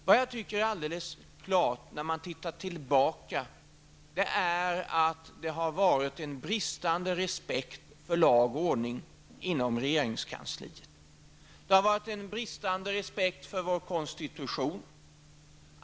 Vad jag tycker är alldeles klart när man tittar tillbaka är att det har varit en bristande respekt för lag och ordning inom regeringskansliet. Det har varit en bristande respekt för vår konstitution.